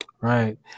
Right